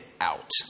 out